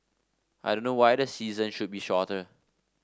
I don't know why the season should be shorter